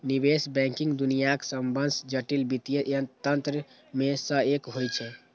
निवेश बैंकिंग दुनियाक सबसं जटिल वित्तीय तंत्र मे सं एक होइ छै